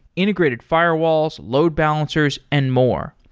integrated firewalls, load balancers and more.